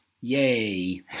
Yay